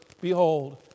Behold